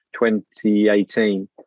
2018